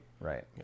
Right